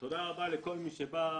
תודה רבה לכל מי שבא